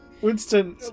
Winston